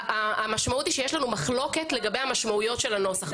המשמעות היא שיש לנו מחלוקת לגבי המשמעויות של הנוסח.